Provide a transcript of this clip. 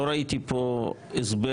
לא ראיתי פה הסבר